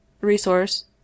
resource